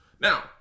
Now